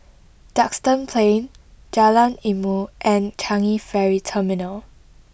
Duxton Plain Jalan Ilmu and Changi Ferry Terminal